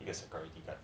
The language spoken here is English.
应该是 chinese